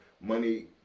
money